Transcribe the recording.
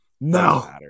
No